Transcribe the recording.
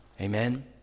Amen